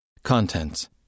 Contents